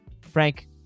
Frank